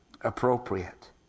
appropriate